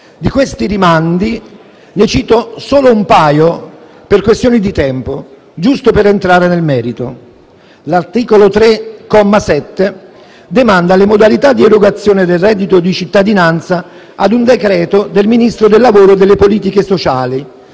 di questi rimandi per questioni di tempo, giusto per entrare nel merito. L'articolo 3, comma 7, demanda le modalità di erogazione del reddito di cittadinanza a un decreto del Ministro del lavoro e delle politiche sociali,